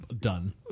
done